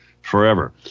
forever